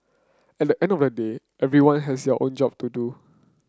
at the end of the day everyone has their own job to do